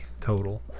total